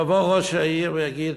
יבוא ראש העיר ויגיד: